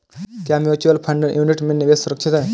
क्या mutual fund unit में निवेश सुरक्षित है?